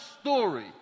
story